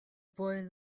boy